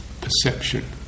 perception